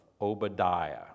Obadiah